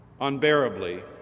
unbearably